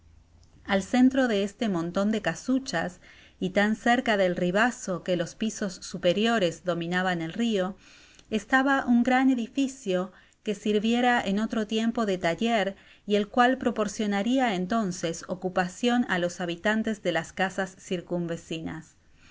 al centro de este monton de casuchas y tan cerca del ribazo que los pisos superiores dominaban el rio estaba un gran edificio que sirviera en otro tiempo de taller y el cual proporcionaria entonces ocupacion á los habitantes de las casas circunvecinas